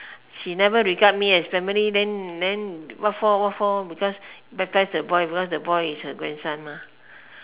she never regard me as family then then what for what for because baptise the boy because the boy is her grandson mah